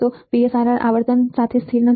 નોંધ PSRR આવર્તન સાથે સ્થિર નથી